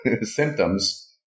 symptoms